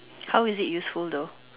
how is it useful though